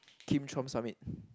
Kim Trump summit